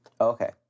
Okay